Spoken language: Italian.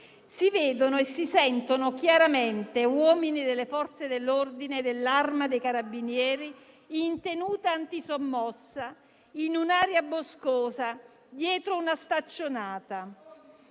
Si vedono e si sentono chiaramente uomini delle Forze dell'ordine e dell'Arma dei carabinieri in tenuta antisommossa, in un'area boscosa dietro una staccionata,